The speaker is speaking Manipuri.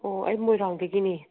ꯑꯣ ꯑꯩ ꯃꯣꯏꯔꯥꯡꯗꯒꯤꯅꯤ